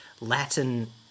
latin